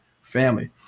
family